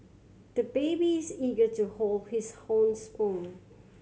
the baby is eager to hold his own spoon